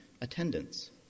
attendance